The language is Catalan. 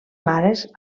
mares